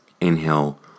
inhale